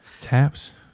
Taps